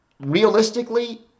realistically